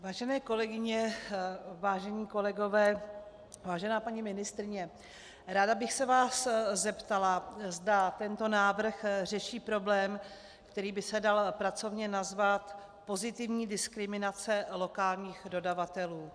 Vážené kolegyně, vážení kolegové, vážená paní ministryně, ráda bych se vás zeptala, zda tento návrh řeší problém, který by se dal pracovně nazvat pozitivní diskriminace lokálních dodavatelů.